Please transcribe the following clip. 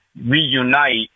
reunite